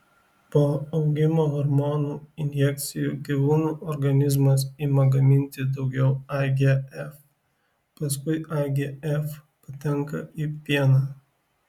po augimo hormono injekcijų gyvūnų organizmas ima gaminti daugiau igf paskui igf patenka į pieną